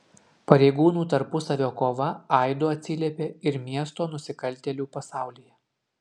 pareigūnų tarpusavio kova aidu atsiliepė ir miesto nusikaltėlių pasaulyje